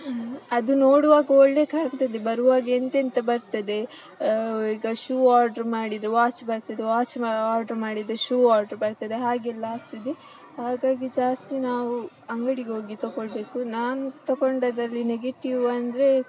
ಅದು ನೋಡುವಾಗ ಒಳ್ಳೆ ಕಾಣ್ತದೆ ಬರುವಾಗ ಎಂತೆಂಥ ಬರ್ತದೆ ಈಗ ಶೂ ಆರ್ಡ್ರ್ ಮಾಡಿದರೆ ವಾಚ್ ಬರ್ತದೆ ವಾಚ್ ಆರ್ಡ್ರ್ ಮಾಡಿದರೆ ಶೂ ಆರ್ಡ್ರ್ ಬರ್ತದೆ ಹಾಗೆಲ್ಲ ಆಗ್ತದೆ ಹಾಗಾಗಿ ಜಾಸ್ತಿ ನಾವು ಅಂಗಡಿಗೆ ಹೋಗಿ ತೊಗೊಳ್ಬೇಕು ನಾನು ತೊಗೊಂಡಿದ್ರಲ್ಲಿ ನೆಗೆಟಿವ್ ಅಂದರೆ